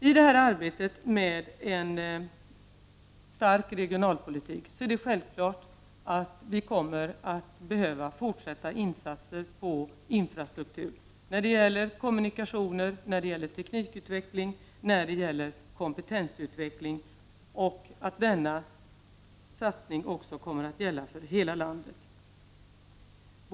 I arbetet med en stark regionalpolitik är det självklart att vi kommer att behöva fortsatta insatser på infrastruktur, när det gäller kommunikationer, när det gäller teknikutveckling och när det gäller kompetensutveckling och att denna satsning också kommer att gälla för hela landet.